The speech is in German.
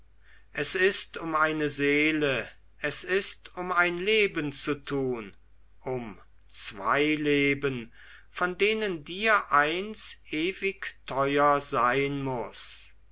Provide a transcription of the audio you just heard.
es ist um eine seele es ist um ein leben zu tun um zwei leben von denen dir eins ewig teuer sein muß